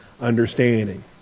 understanding